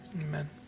Amen